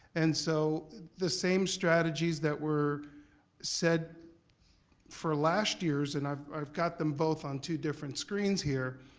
and so the same strategies that were said for last year's, and i've i've got them both on two different screens here,